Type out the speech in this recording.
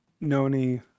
Noni